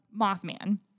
Mothman